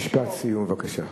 משפט סיום בבקשה.